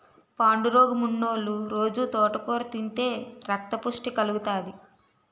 పాండురోగమున్నోలు రొజూ తోటకూర తింతే రక్తపుష్టి కలుగుతాది